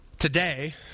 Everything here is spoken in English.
Today